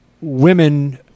women